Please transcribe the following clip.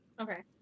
Okay